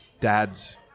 dad's